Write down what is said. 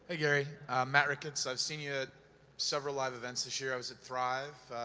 ah gary. matt rickets, i've seen you at several live events this year, i was at thrive,